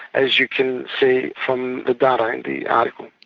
as you can see from the data in the article.